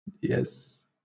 Yes